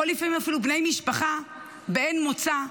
או לפעמים אפילו בני משפחה באין מוצא,